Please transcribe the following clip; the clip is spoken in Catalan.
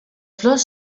flors